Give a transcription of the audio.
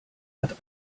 hat